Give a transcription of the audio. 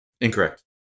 Incorrect